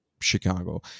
Chicago